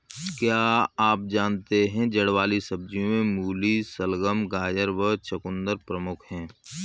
क्या आप जानते है जड़ वाली सब्जियों में मूली, शलगम, गाजर व चकुंदर प्रमुख है?